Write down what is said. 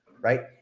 right